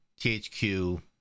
THQ